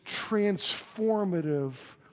transformative